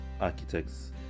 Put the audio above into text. architects